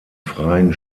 freien